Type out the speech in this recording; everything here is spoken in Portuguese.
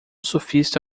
surfista